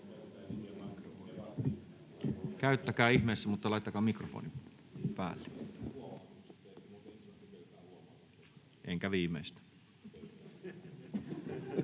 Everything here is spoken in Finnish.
Käyttäkää ihmeessä, mutta laittakaa mikrofoni päälle. Enkä viimeistä.